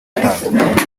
stars